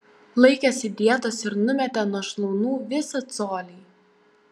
laikėsi dietos ir numetė nuo šlaunų visą colį